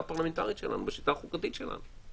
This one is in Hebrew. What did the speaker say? בשיטה הפרלמנטרית שלנו, בשיטה החוקתית שלנו.